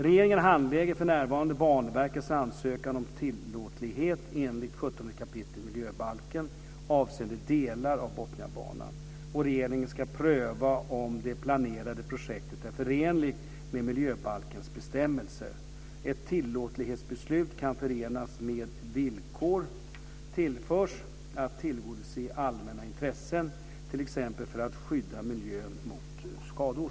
Regeringen handlägger för närvarande Banverkets ansökan om tillåtlighet enligt 17 kapitlet miljöbalken avseende delar av Botniabanan. Regeringen ska pröva om det planerade projektet är förenligt med miljöbalkens bestämmelser. Ett tillåtlighetsbeslut kan förenas med villkor för att tillgodose allmänna intressen, t.ex. för att skydda miljön mot skador.